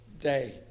day